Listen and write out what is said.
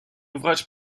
ouvrage